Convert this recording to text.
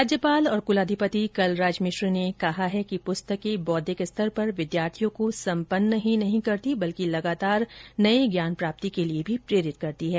राज्यपाल और कुलाधिपति कलराज मिश्र ने कहा है कि पुस्तकें बौद्धिक स्तर पर विद्यार्थियों को संपन्न ही नहीं करती बॅल्कि लगातार नये ज्ञान प्राप्ति के लिए भी प्रेरित करती है